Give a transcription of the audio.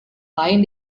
lain